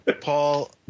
Paul